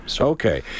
Okay